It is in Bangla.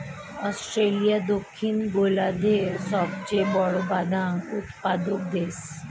অস্ট্রেলিয়া দক্ষিণ গোলার্ধের সবচেয়ে বড় বাদাম উৎপাদক দেশ